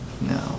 No